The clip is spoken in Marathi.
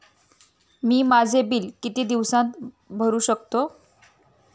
मी माझे बिल किती दिवसांत भरू शकतो?